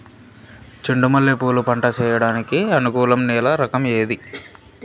చెండు మల్లె పూలు పంట సేయడానికి అనుకూలం నేల రకం ఏది